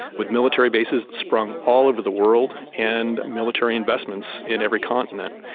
with military bases sprung all over the world and military investments in every continent.